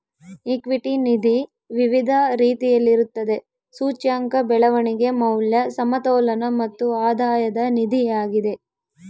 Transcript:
equity ನಿಧಿ ವಿವಿಧ ರೀತಿಯಲ್ಲಿರುತ್ತದೆ, ಸೂಚ್ಯಂಕ, ಬೆಳವಣಿಗೆ, ಮೌಲ್ಯ, ಸಮತೋಲನ ಮತ್ತು ಆಧಾಯದ ನಿಧಿಯಾಗಿದೆ